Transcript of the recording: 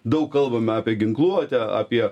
daug kalbame apie ginkluotę apie